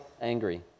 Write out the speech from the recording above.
angry